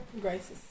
Grace